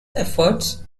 efforts